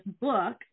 book